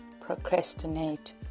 procrastinate